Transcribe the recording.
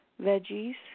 veggies